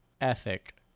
ethic